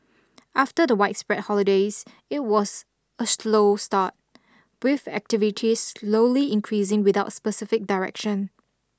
after the widespread holidays it was a slow start with activity slowly increasing without specific direction